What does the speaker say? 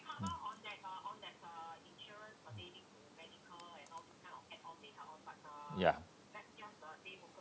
ya